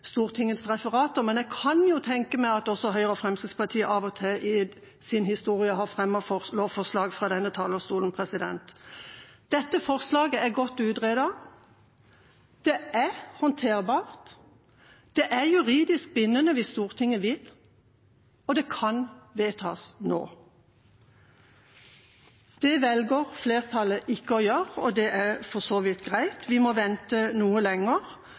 Stortingets referater – men jeg kan tenke meg at også Høyre og Fremskrittspartiet av og til i sin historie har fremmet lovforslag fra denne talerstolen. Dette forslaget er godt utredet, det er håndterbart, det er juridisk bindende hvis Stortinget vil, og det kan vedtas nå. Det velger flertallet ikke å gjøre, og det er for så vidt greit – vi må vente noe lenger.